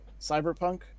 Cyberpunk